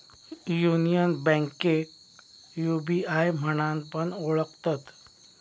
union बैंकेक UBI म्हणान पण ओळखतत